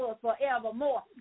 forevermore